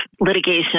litigation